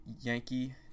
Yankee